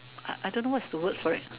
I I don't know what is the word for it